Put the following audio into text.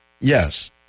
Yes